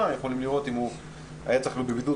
הם יכולים לראות אם אדם היה צריך להיות בבידוד